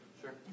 Sure